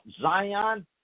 Zion